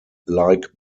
like